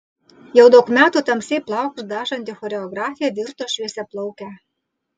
jau daug metų tamsiai plaukus dažanti choreografė virto šviesiaplauke